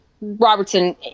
Robertson